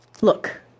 Look